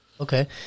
Okay